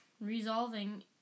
resolving